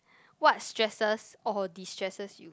what stresses or destresses you